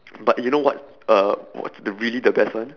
but you know what uh what's the really the best one